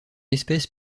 espèce